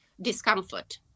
discomfort